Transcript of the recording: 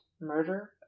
murder